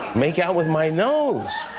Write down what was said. make out with my nose.